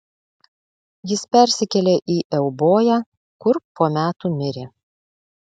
jis persikėlė į euboją kur po metų mirė